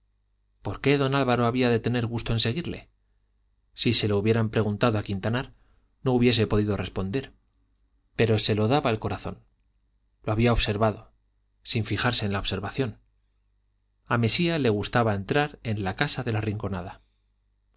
por qué don álvaro había de tener gusto en seguirle si se lo hubieran preguntado a quintanar no hubiese podido responder pero se lo daba el corazón lo había observado sin fijarse en la observación a mesía le gustaba entrar en la casa de la rinconada